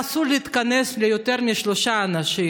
שליותר משלושה אנשים